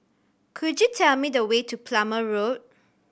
could you tell me the way to Plumer Road